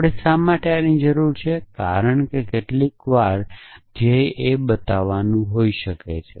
આપણને શા માટે આની જરૂર છે કારણ કે કેટલીકવાર ધ્યેય એ બતાવવાનું હોઈ શકે છે